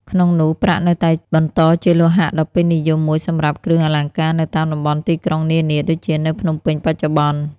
ក្នងនោះ ប្រាក់នៅតែបន្តជាលោហៈដ៏ពេញនិយមមួយសម្រាប់គ្រឿងអលង្ការនៅតាមតំបន់ទីក្រុងនានា ដូចជានៅភ្នំពេញបច្ចុប្បន្ន។